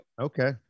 Okay